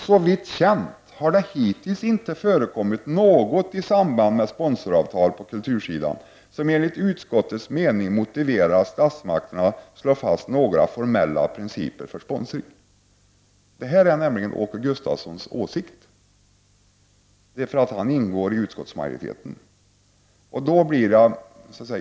Såvitt känt har det hitintills inte förekommit något i samband med sponsoravtal på kultursidan som enligt utskottets mening motiverar att statsmakterna slår fast några formella principer för sponsring.” Det är Åke Gustavssons åsikt, eftersom han ingår i utskottsmajoriteten.